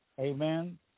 Amen